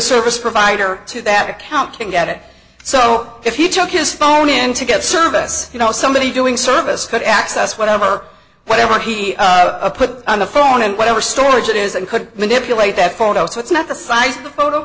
service provider to that account can get it so if he took his phone in to get service you know somebody doing service could access whatever whatever he put on the phone and whatever storage it is and could manipulate that photo so it's not the size of the photo